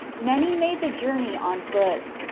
many made the journey on foot.